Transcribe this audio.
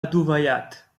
adovellat